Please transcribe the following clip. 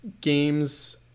games